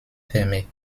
fermée